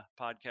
podcast